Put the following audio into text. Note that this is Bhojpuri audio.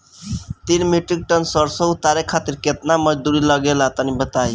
तीन मीट्रिक टन सरसो उतारे खातिर केतना मजदूरी लगे ला तनि बताई?